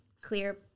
clear